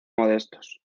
modestos